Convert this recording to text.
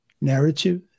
narrative